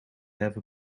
have